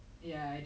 okay okay